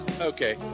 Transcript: Okay